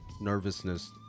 nervousness